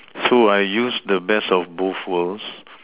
so I use the best of both worlds